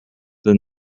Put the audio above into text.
than